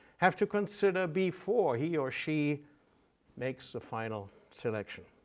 have to consider before he or she makes the final selection.